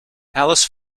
alice